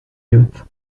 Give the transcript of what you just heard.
yacht